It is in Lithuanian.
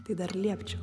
tai dar liepčiau